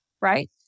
right